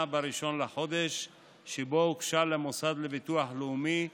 ב-1 בחודש שבו הוגשה למוסד לביטוח הלאומי,